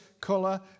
colour